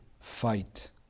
Fight